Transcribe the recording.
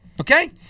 Okay